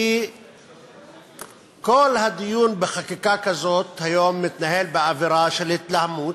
כי כל הדיון בחקיקה כזאת היום מתנהל באווירה של התלהמות,